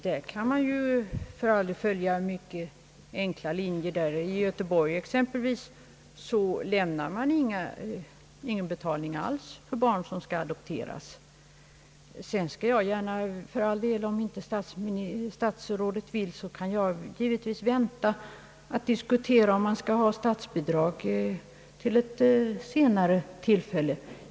För de senare kan man följa mycket enkla linjer; i Göteborg exempelvis lämnas ingen betalning alls för barn som skall adopteras. Om statsrådet inte nu vill diskutera frågan om statsbidrag, så kan jag givetvis vänta till ett senare tillfälle.